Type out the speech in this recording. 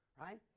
right